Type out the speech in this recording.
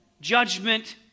Judgment